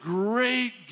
great